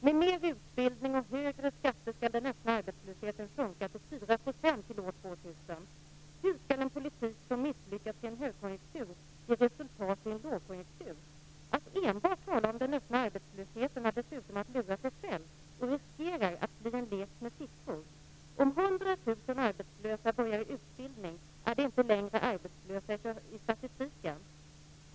Med mer utbildning och högre skatter skall den öppna arbetslösheten sjunka till 4 % till år 2000. Hur skall en politik som misslyckats i en högkonjunktur ge resultat i en lågkonjunktur? Att enbart tala om den öppna arbetslösheten är dessutom att lura sig själv, och man riskerar att det blir en lek med siffror. Om 100 000 arbetslösa börjar en utbildning är de inte längre arbetslösa enligt statistiken.